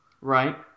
right